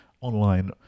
online